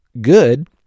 good